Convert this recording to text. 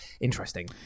interesting